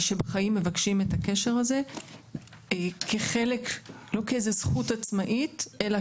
שבחיים מבקשים את הקשר הזה לא כאיזו זכות עצמאית אלא